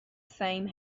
same